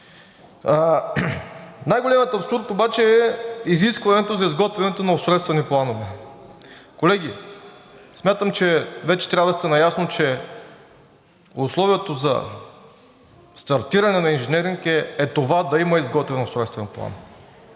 Най-големият абсурд обаче е изискването за изготвянето на устройствени планове. Колеги, смятам, че вече трябва да сте наясно, че условието за стартиране на инженеринг е това да има изготвен устройствен план.